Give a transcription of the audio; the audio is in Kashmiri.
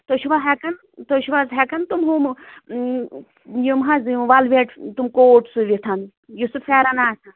تُہۍ چھِوا ہٮ۪کان تُہۍ چھِوا حظ ہٮ۪کان تِم ہُم یِم حظ یِم ولویٹ کوٹ سُوِتھ یُس سُہ پھٮ۪رن آسان